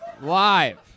live